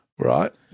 Right